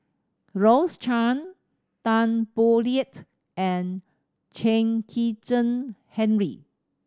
Rose Chan Tan Boo Liat and Chen Kezhan Henri